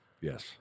Yes